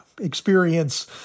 experience